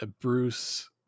Bruce